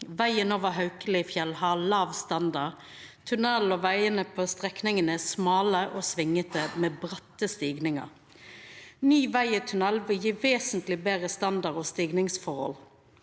Vegen over Haukelifjell har låg standard. Tunnelane og vegane på strekninga er smale og svingete, med bratte stigningar. Ein ny veg og tunnel vil gje vesentleg betre standard og stigningsforhold.